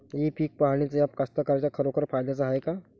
इ पीक पहानीचं ॲप कास्तकाराइच्या खरोखर फायद्याचं हाये का?